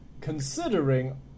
considering